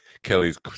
Kelly's